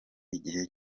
igihe